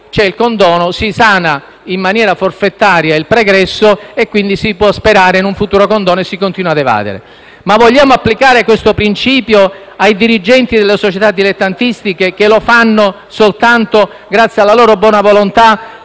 c'è il condono, si sana in maniera forfettaria il pregresso e, quindi, si può sperare in un futuro condono e si continua ad evadere. Ma vogliamo applicare questo principio ai dirigenti delle società dilettantistiche, che operano soltanto grazie alla loro buona volontà,